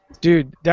Dude